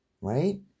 Right